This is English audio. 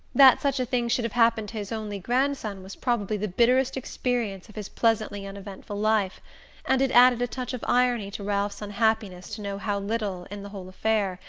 that such a thing should have happened to his only grandson was probably the bitterest experience of his pleasantly uneventful life and it added a touch of irony to ralph's unhappiness to know how little, in the whole affair,